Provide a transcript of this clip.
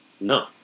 No